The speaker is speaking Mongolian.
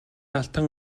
алтан